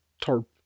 Tarp